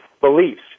beliefs